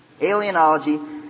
Alienology